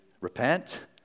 repent